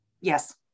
Yes